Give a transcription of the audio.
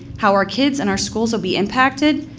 how our kids and our schools will be impacted,